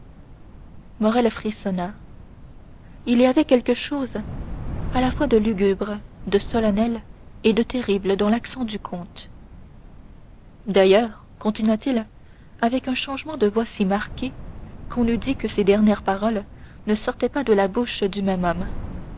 morrel frissonna il y avait quelque chose à la fois de lugubre de solennel et de terrible dans l'accent du comte d'ailleurs continua-t-il avec un changement de voix si marqué qu'on eût dit que ces dernières paroles ne sortaient pas de la bouche du même homme